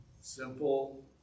simple